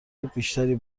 بیشتری